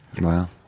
Wow